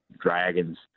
Dragons